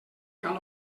cal